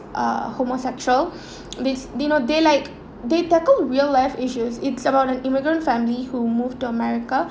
uh homosexual this do you know they like they tackle real life issues it's about an immigrant family who moved to america